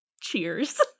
Cheers